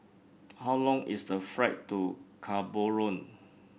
how long is the flight to Gaborone